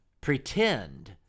pretend